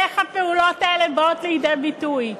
איך הפעולות האלה באות לידי ביטוי?